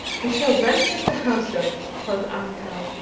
we shall ransack the house though quoth arnkell.